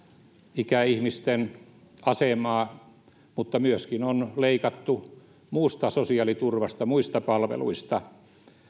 ikäihmisten asemaa mutta myöskin on leikattu muusta sosiaaliturvasta ja muista palveluista